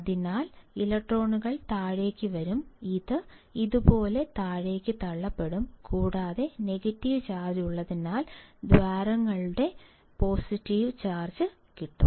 അതിനാൽ ഇലക്ട്രോണുകൾ താഴേക്ക് വരും ഇത് ഇതുപോലെ താഴേക്ക് തള്ളപ്പെടും കൂടാതെ നെഗറ്റീവ് ചാർജ് ഉള്ളതിനാൽ ദ്വാരങ്ങൾക്ക് പോസിറ്റീവ് ചാർജ് ഉണ്ടാകും